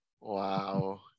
Wow